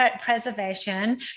preservation